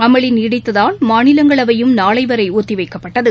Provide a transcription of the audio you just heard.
அமளிநீடித்ததால் மாநிலங்களவையும் நாளைவரைஒத்திவைக்கப்பட்டது